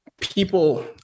people